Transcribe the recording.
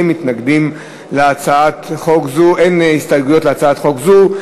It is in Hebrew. אין מתנגדים להצעת חוק זו ואין הסתייגויות להצעת חוק זו.